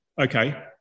Okay